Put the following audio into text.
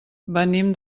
venim